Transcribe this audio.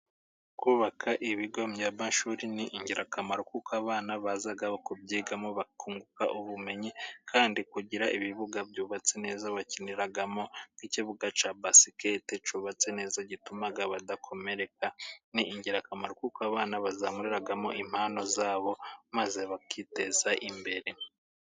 Kubaka ibigo by'abashuri ni ingirakamaro kuko abana baza kubyigamo bakunguka ubumenyi ,kandi kugira ibibuga byubatse neza bakiniramo, nk'ikibuga cya basikete cyubatse neza gituma badakomereka ni ingirakamaro kuko abana bazamuriramo impano zabo, maze bakiteza imbere.